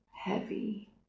heavy